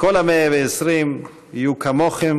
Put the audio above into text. כל ה-120 יהיו כמוכם,